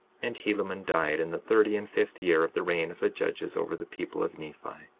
and helaman died, in the thirty and fifth year of the reign of the judges over the people of nephi.